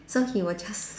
so he will just